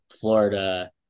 Florida